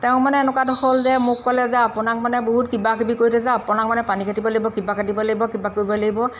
তেওঁ মানে এনেকুৱাটো হ'ল যে মোক ক'লে যে আপোনাক মানে বহুত কিবা কিবি কৰি থৈছে আপোনাক মানে পানী কাটিব লাগিব কিবা কাটিব লাগিব কিবা কৰিব লাগিব